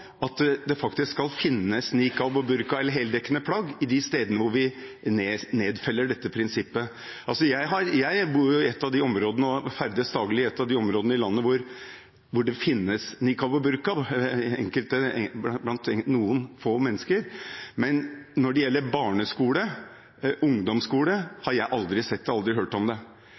at det faktisk brukes nikab, burka eller heldekkende plagg på de stedene vi nedfeller dette prinsippet. Jeg bor og ferdes daglig i et av områdene i landet der det brukes nikab og burka – det gjelder noen få mennesker. I barneskole og ungdomsskole har jeg aldri sett eller hørt om det.